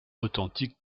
authentique